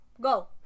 Go